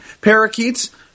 parakeets